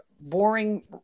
boring